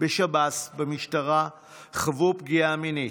בשב"ס ובמשטרה חוו פגיעה מינית,